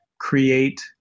create